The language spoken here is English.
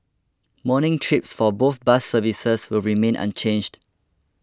morning trips for both bus services will remain unchanged